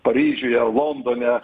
paryžiuje londone